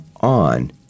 On